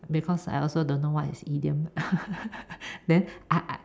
because I also don't know what is idiom then I I